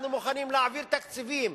אנחנו מוכנים להעביר תקציבים,